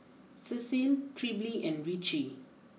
Cecilia Trilby and Richie